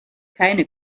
keine